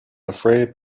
afraid